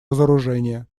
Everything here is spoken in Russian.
разоружения